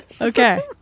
Okay